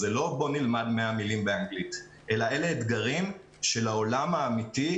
זה לא "בוא נלמד 100 מילים באנגלית" אלא אתגרים של העולם האמיתי,